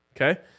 Okay